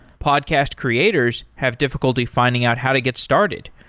podcast creators have difficulty finding out how to get started.